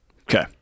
Okay